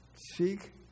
Seek